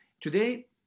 Today